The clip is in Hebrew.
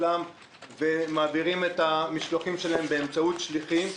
ומעבירים את המשלוחים שלהם באמצעות שליחים,